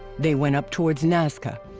they went up towards nazca.